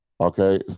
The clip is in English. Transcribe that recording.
Okay